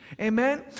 Amen